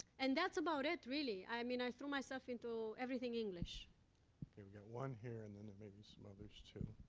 and that's about it, really. i mean, i threw myself into everything english. okay, we have one here, and then, maybe some others, too.